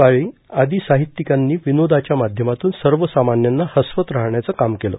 काळे आदी साहित्यिकांनी विनोदाच्या माध्यमातून सर्वसामान्यांना हसवत राहण्याचं काम केले